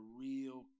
real